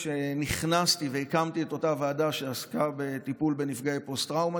כשנכנסתי והקמתי את אותה ועדה שעסקה בטיפול בנפגעי פוסט-טראומה,